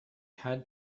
had